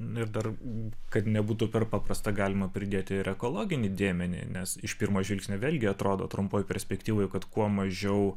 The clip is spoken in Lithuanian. ir dar kad nebūtų per paprasta galima pridėti ir ekologinį dėmenį nes iš pirmo žvilgsnio vėlgi atrodo trumpoj perspektyvoj kad kuo mažiau